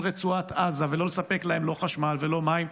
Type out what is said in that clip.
רצועת עזה ולא לספק להם לא חשמל ולא מים,